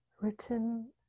written